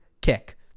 kick